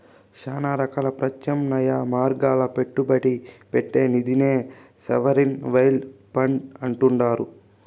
శానా రకాల ప్రత్యామ్నాయ మార్గాల్ల పెట్టుబడి పెట్టే నిదినే సావరిన్ వెల్త్ ఫండ్ అంటుండారు